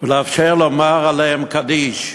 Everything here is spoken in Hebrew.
ולאפשר לומר עליהם קדיש,